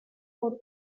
por